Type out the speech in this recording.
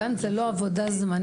הגן זה לא עבודה זמנית.